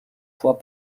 fois